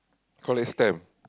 call next time